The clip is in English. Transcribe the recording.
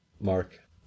Mark